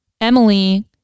Emily